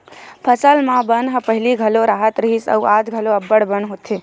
फसल म बन ह पहिली घलो राहत रिहिस अउ आज घलो अब्बड़ बन होथे